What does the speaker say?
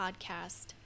podcast